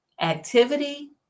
activity